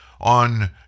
on